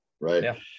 right